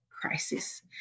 crisis